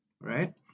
right